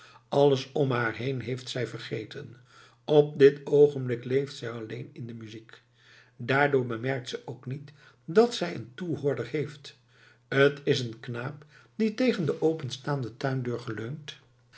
alles om haar heen heeft zij vergeten op dit oogenblik leeft zij alleen in de muziek daardoor bemerkt ze ook niet dat zij een toehoorder heeft t is een knaap die tegen de openstaande tuindeur geleund